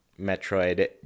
Metroid